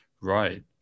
right